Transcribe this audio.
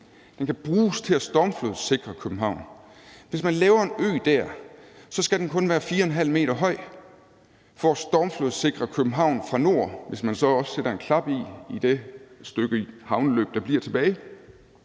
Den kan bruges til at stormflodssikre København. Hvis man laver en ø der, skal den kun være 4,5 m høj for at stormflodssikre København fra nord, og hvis man så også sætter en klap i i det stykke havneløb, der bliver tilbage,